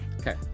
Okay